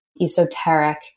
esoteric